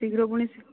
ଶୀଘ୍ର ପୁଣି